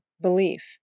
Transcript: Belief